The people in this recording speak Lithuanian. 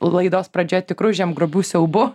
laidos pradžioj tikru žemgrobių siaubu